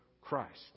Christ